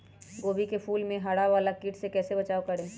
गोभी के फूल मे हरा वाला कीट से कैसे बचाब करें?